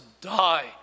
die